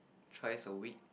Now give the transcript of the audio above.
thrice a week